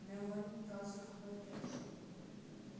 مےٚ ون تازٕ خبر کیٛاہ چِھ